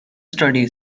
study